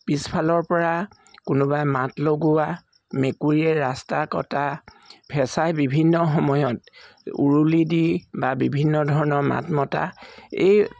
পিছফালৰ পৰা কোনোবাই মাত লগোৱা মেকুৰীয়ে ৰাস্তা কটা ফেঁচাই বিভিন্ন সময়ত উৰুলি দি বা বিভিন্ন ধৰণৰ মাত মতা এই